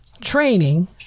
training